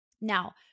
Now